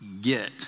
get